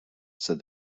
said